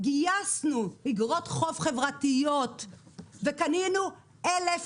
גייסנו אגרות חוב חברתיות וקנינו 1,000